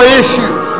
issues